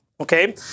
okay